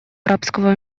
арабского